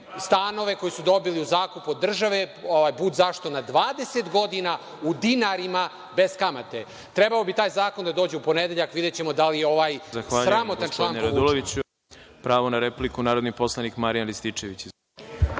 stanove koje su dobili u zakup od države bud zašto na 20 godina u dinarima bez kamate. Trebao bi taj zakon da dođe u ponedeljak. Videćemo da li da ovaj sramotan član povučemo.